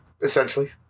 Essentially